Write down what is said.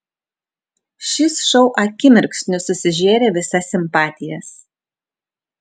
šis šou akimirksniu susižėrė visas simpatijas